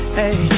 hey